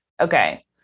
Okay